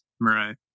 Right